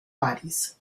bodies